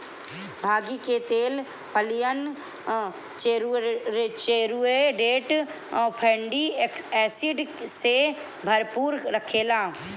भांगी के तेल पालियन सैचुरेटेड फैटी एसिड से भरपूर रहेला